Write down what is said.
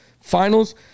Finals